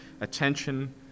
attention